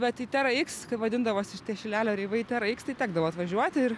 bet į tera iks kaip vadindavosi šitie šilelio reivai tera iks tai tekdavo atvažiuoti ir